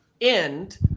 end